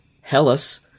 Hellas